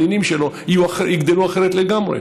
הנינים שלו יגדלו אחרת לגמרי.